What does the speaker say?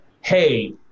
hey